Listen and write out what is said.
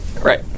right